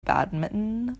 badminton